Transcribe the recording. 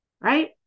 right